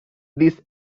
this